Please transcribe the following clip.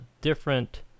different